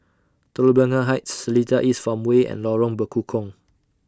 Telok Blangah Heights Seletar East Farmway and Lorong Bekukong